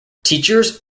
teachers